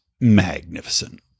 magnificent